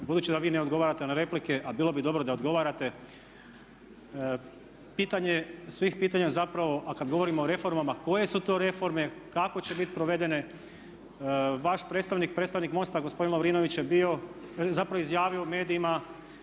Budući da vi ne odgovarate na replike, a bilo bi dobro da odgovarate pitanje je svih pitanja zapravo, a kad govorimo o reformama koje su to reforme, kako će bit provedene. Vaš predstavnik, predstavnik MOST-a gospodin Lovrinović je bio, zapravo izjavio u medijima